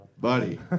buddy